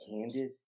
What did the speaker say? candid